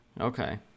Okay